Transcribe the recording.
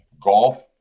golf